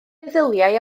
meddyliau